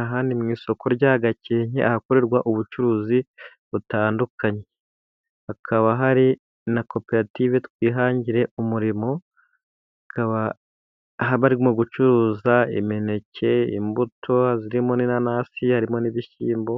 Aha ni mu isoko rya gakenke ahakorerwa ubucuruzi butandukanye, hakaba hari na koperative twihangire umurimo bakaba barimo gucuruza imineke, imbuto, indimu n'inanasi, harimo n'ibishyimbo,